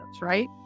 right